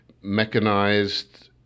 mechanized